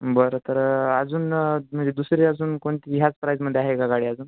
बरं तर अजून म्हणजे दुसरी अजून कोणती ह्याच प्राईजमध्ये आहे का गाडी अजून